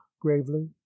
gravely